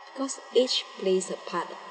because age plays a part